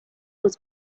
was